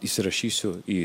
įsirašysiu į